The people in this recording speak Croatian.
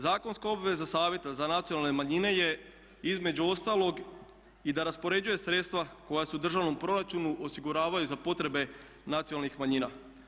Zakonska obveza Savjeta za nacionalne manjine je između ostalog i da raspoređuje sredstva koja su u državnom proračunu osiguravaju za potrebe nacionalnih manjina.